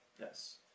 Yes